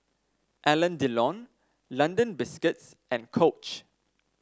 Alain Delon London Biscuits and Coach